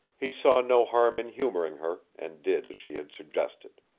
he saw no harm in humoring her, and did as she had suggested.